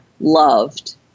loved